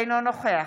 אינו נוכח